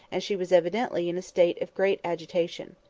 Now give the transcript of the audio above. and she was evidently in a state of great agitation.